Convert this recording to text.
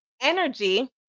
energy